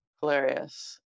Hilarious